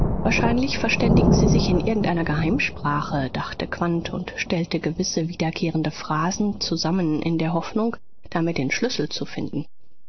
wahrscheinlich verständigen sie sich in irgendeiner geheimsprache dachte quandt und stellte gewisse wiederkehrende phrasen zusammen in der hoffnung damit den schlüssel zu finden